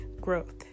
growth